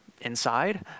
inside